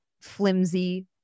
flimsy